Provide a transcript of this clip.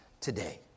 today